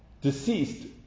deceased